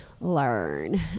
learn